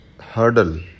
hurdle